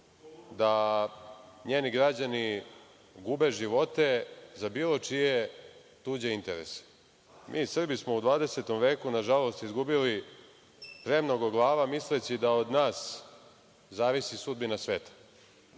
da njeni građani gube živote za bilo čije tuđe interese. Mi Srbi smo u 20. veku, nažalost, izgubili premnogo glava, misleći da od nas zavisi sudbina sveta. Vlada